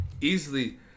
easily